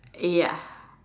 ya